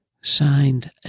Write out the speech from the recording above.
Signed